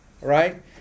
right